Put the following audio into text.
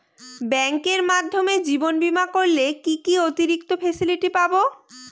ব্যাংকের মাধ্যমে জীবন বীমা করলে কি কি অতিরিক্ত ফেসিলিটি পাব?